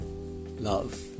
love